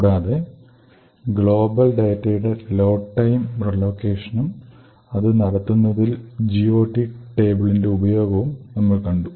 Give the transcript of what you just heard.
കൂടാതെ ഗ്ലോബൽ ഡാറ്റയുടെ load time റീലൊക്കേഷനും അത് നടത്തുന്നതിൽ GOT ടേബിളിന്റെ ഉപയോഗവും നമ്മൾ കണ്ടു